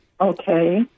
Okay